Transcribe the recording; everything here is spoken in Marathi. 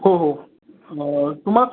हो हो तुम्हाला